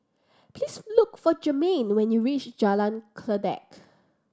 please look for Germaine when you reach Jalan Kledek